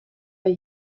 wij